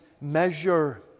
measure